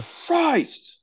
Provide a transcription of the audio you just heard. Christ